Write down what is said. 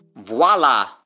Voila